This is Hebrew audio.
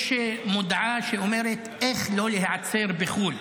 יש מודעה שאומרת איך לא להיעצר בחו"ל,